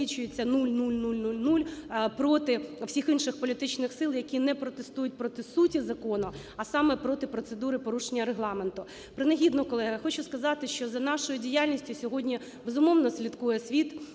Принагідно, колеги, я хочу сказати, що за нашою діяльністю сьогодні, безумовно, слідкує світ,